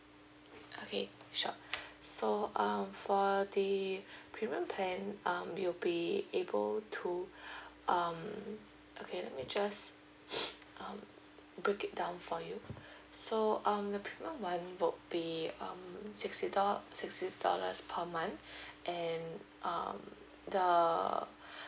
okay sure so um for the premium plan um you'll be able to um okay let me just um break it down for you so um the premium one would be um sixty dol~ sixty dollars per month and um the